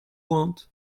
want